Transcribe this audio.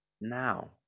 now